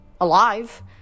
alive